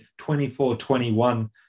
24-21